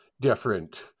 different